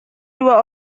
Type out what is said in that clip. dua